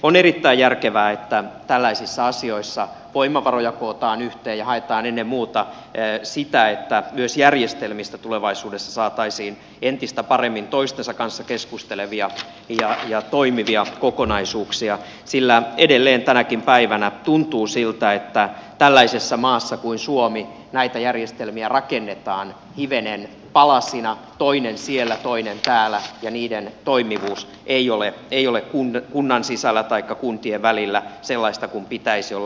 on erittäin järkevää että tällaisissa asioissa voimavaroja kootaan yhteen ja haetaan ennen muuta sitä että myös järjestelmistä tulevaisuudessa saataisiin entistä paremmin toistensa kanssa keskustelevia ja toimivia kokonaisuuksia sillä edelleen tänäkin päivänä tuntuu siltä että tällaisessa maassa kuin suomi näitä järjestelmiä rakennetaan hivenen palasina toinen siellä toinen täällä ja niiden toimivuus ei ole kunnan sisällä taikka kuntien välillä sellaista kuin pitäisi olla